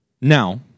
Now